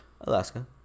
Alaska